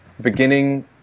beginning